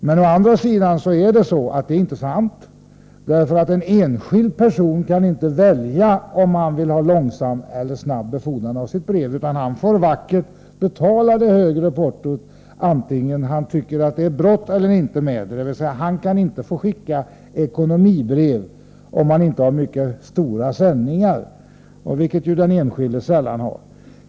Detta är inte sant. En enskild person kan inte välja om han vill ha långsam eller snabb befordran av sitt brev. Han får vackert betala det högre portot vare sig han tycker att det är bråttom eller inte. Han kan inte få skicka ekonomibrev, om han inte har mycket stora sändningar, vilket den enskilde sällan har.